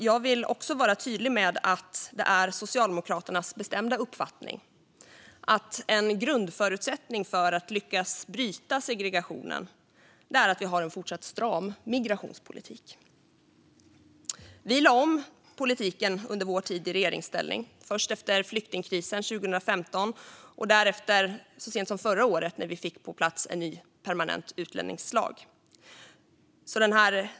Jag vill också vara tydlig med att det är Socialdemokraternas bestämda uppfattning att en grundförutsättning för att lyckas bryta segregationen är att vi har en fortsatt stram migrationspolitik. Vi lade om politiken under vår tid i regeringsställning, först efter flyktingkrisen 2015 och därefter så sent som förra året när vi fick på plats en ny permanent utlänningslag.